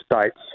States